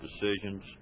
decisions